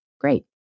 great